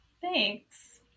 thanks